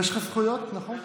יש לך זכויות, נכון.